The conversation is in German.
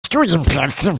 studienplätze